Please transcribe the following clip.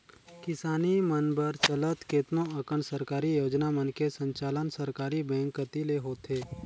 किसानी मन बर चलत केतनो अकन सरकारी योजना मन के संचालन सहकारी बेंक कति ले होथे